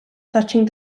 touching